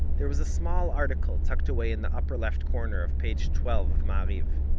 there was a small article tucked away in the upper left corner of page twelve of ma'ariv.